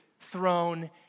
throne